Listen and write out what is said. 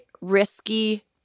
risky